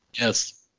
Yes